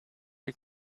you